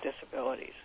disabilities